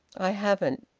i haven't.